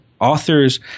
Authors